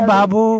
Babu